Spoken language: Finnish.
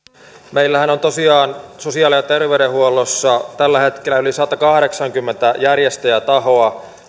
meillähän on tosiaan sosiaali ja terveydenhuollossa tällä hetkellä yli satakahdeksankymmentä järjestäjätahoa